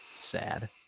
sad